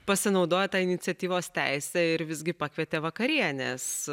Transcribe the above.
pasinaudojo ta iniciatyvos teise ir visgi pakvietė vakarienės